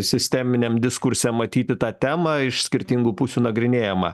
sisteminiam diskurse matyti tą temą iš skirtingų pusių nagrinėjamą